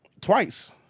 Twice